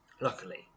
Luckily